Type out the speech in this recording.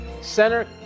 center